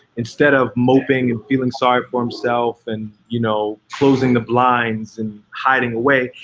instead of moping and feeling sorry for himself and, you know, closing the blinds and hiding away,